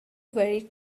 very